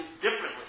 differently